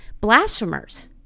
blasphemers